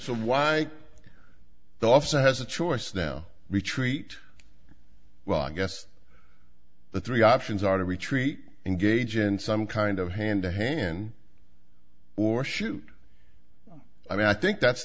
why also has a choice now retreat well i guess the three options are to retreat engage in some kind of hand to hand or shoot i mean i think that's